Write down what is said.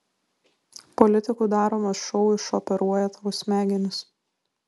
politikų daromas šou išoperuoja tau smegenis